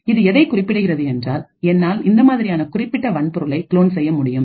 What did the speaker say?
இது எதைக் குறிப்பிடுகிறது என்றால் என்னால் இந்த மாதிரியான குறிப்பிட்ட வன்பொருளை க்ளோன் செய்ய முடியும்